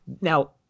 now